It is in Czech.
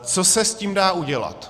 Co se s tím dá udělat?